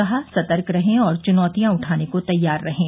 कहा सतर्क रहें और चुनौतियां उठाने को तैयार रहें